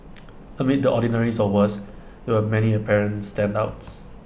amid the ordinariness or worse there were many apparent standouts